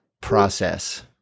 process